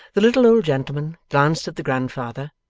the little old gentleman glanced at the grandfather,